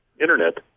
internet